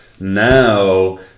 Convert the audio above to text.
now